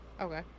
Okay